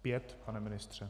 Pět, pane ministře.